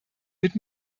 mit